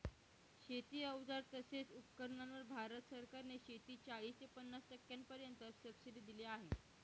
शेती अवजार तसेच उपकरणांवर भारत सरकार ने चाळीस ते पन्नास टक्क्यांपर्यंत सबसिडी दिली आहे